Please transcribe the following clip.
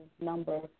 number